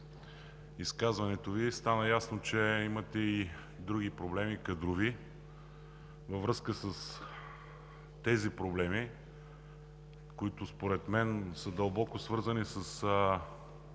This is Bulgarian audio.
изказването Ви стана ясно, че имате и други проблеми – кадрови. Във връзка с тези проблеми, които според мен са дълбоко свързани с